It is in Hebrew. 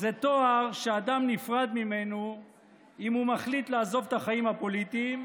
זה תואר שאדם נפרד ממנו אם הוא מחליט לעזוב את החיים הפוליטיים,